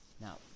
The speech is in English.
Now